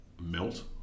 melt